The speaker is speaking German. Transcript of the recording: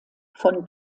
von